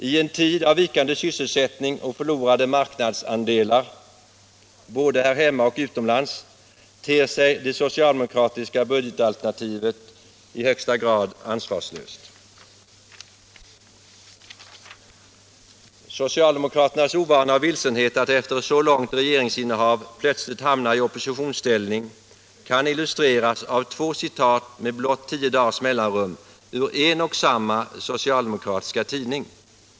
I en tid av vikande sysselsättning och förlorade marknadsandelar både här hemma och utomlands ter sig det socialdemokratiska budgetalternativet i högsta grad ansvarslöst. Socialdemokraternas ovana och vilsenhet när de efter så långt regeringsinnehav plötsligt hamnat i oppositionsställning kan illustreras av två citat med blott tio dagars mellanrum ur en och samma socialdemokratiska tidning.